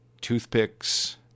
Toothpicks